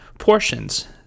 Portions